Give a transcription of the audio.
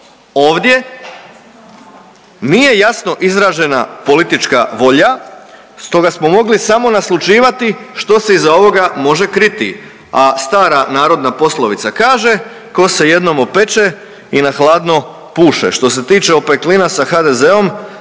Ovdje nije jasno izražena politička volja stoga smo mogli samo naslućivati što se iza ovog može kriti. A stara narodna poslovica kaže „Ko se jednom opeče i na gladno puše“, što se tiče opeklina s HDZ-om